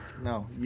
no